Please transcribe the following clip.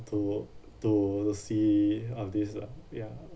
to to oversee of this lah ya